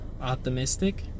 optimistic